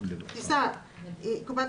תישא קופת